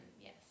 yes